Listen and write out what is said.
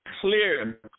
clear